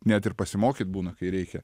net ir pasimokyt būna kai reikia